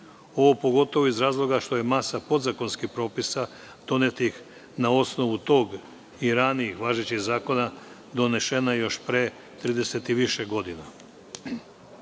Ovo pogotovo iz razloga što je masa podzakonskih propisa donetih na osnovu tog i ranijih važećih zakona, donešena još pre 30 i više godina. Ujedno,